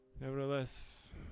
Nevertheless